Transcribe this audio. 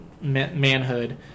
manhood